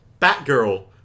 Batgirl